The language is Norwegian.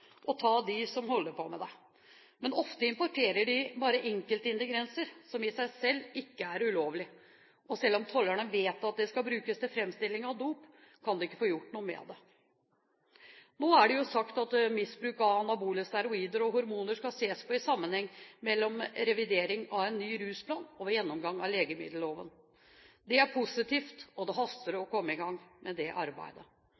ta dem som holder på med det, men ofte importerer de bare enkelte ingredienser som ikke i seg selv er ulovlige, og selv om tollerne vet det skal brukes til framstilling av dop, kan de ikke få gjort noe med det. Nå er det jo sagt at bruk av anabole steroider og hormoner skal ses på i sammenheng med revidering av en ny rusplan og ved gjennomgang av legemiddelloven. Det er positivt, og det haster